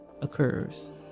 occurs